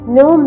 no